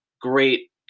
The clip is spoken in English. great